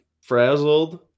frazzled